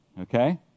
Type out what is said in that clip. Okay